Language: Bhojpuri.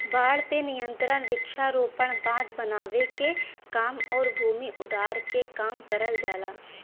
बाढ़ पे नियंत्रण वृक्षारोपण, बांध बनावे के काम आउर भूमि उद्धार के काम करल जाला